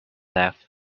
left